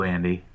Andy